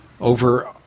over